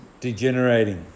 degenerating